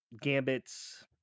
Gambit's